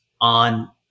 on